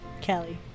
Kelly